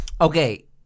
Okay